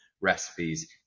recipes